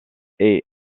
est